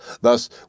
Thus